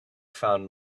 found